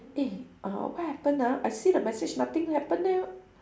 eh uh what happen ah I see the message nothing happen leh